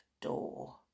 door